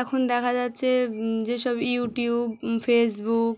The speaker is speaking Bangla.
এখন দেখা যাচ্ছে যেসব ইউটিউব ফেসবুক